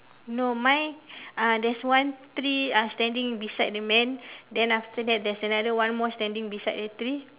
no mine uh there's one tree uh standing beside the man then after that there is another one more standing beside the tree